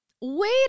wait